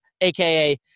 aka